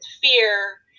fear